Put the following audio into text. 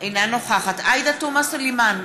אינה נוכחת עאידה תומא סלימאן,